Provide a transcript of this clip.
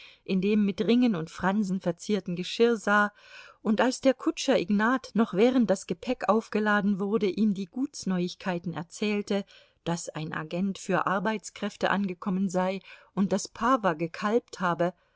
in dem mit ringen und fransen verzierten geschirr sah und als der kutscher ignat noch während das gepäck aufgeladen wurde ihm die gutsneuigkeiten erzählte daß ein agent für arbeitskräfte angekommen sei und daß pawa gekalbt habe